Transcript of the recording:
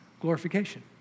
glorification